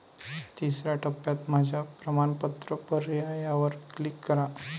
तिसर्या टप्प्यात माझ्या प्रमाणपत्र पर्यायावर क्लिक करा